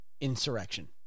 insurrection